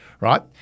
right